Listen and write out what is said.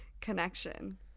connection